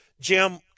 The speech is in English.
Jim